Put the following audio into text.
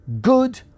good